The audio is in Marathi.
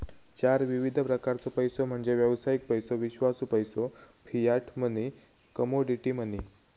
चार विविध प्रकारचो पैसो म्हणजे व्यावसायिक पैसो, विश्वासू पैसो, फियाट मनी, कमोडिटी मनी